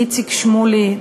איציק שמולי,